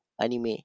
anime